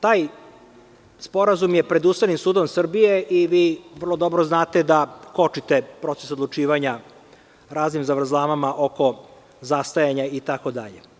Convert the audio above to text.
Taj sporazum je pred Ustavnim sudom Srbije i vi vrlo dobro znate da kočite proces odlučivanja raznim zavrzlamama oko zastajanja itd.